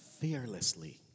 Fearlessly